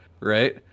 Right